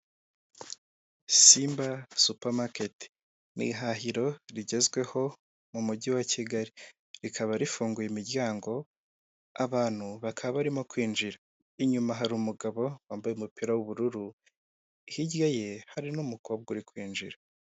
Simba supamaketi ni ihahiro rigezweho mu mujyi wa Kigali, rikaba rifunguye imiryango, abantu bakaba barimo kwinjira, inyuma hari umugabo wambaye umupira w'ubururu, hirya ye hari n'umukobwa uri kwinjira.